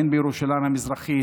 הן בירושלים המזרחית,